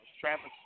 Travis